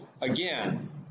again